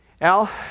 Al